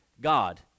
God